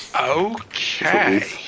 Okay